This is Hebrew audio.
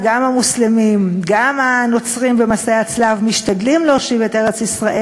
של משא-ומתן שיביא לפתרון